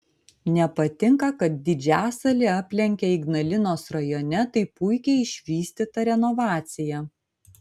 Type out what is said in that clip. nepatinka kad didžiasalį aplenkia ignalinos rajone taip puikiai išvystyta renovacija